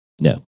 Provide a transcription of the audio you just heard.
No